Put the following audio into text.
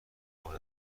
مورد